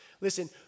Listen